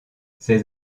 ses